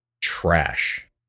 trash